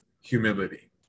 humility